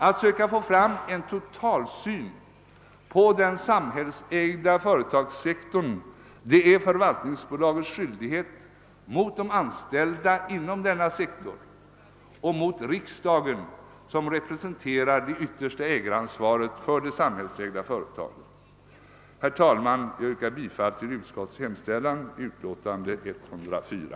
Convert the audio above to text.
Att söka få fram en totalsyn på den samhällsägda företagssektorn är förvaltningsbolagets skyldighet mot de anställda inom denna sektor och mot riksdagen som representerar det yttersta ägaransvaret för de samhällsägda företagen. Herr talman! Jag yrkar bifall till utskottets hemställan i utlåtande nr 104.